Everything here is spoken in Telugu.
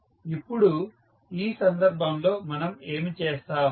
ఇప్పుడు ఈ సందర్భంలో మనం ఏమి చేస్తాము